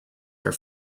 are